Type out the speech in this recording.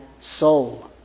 soul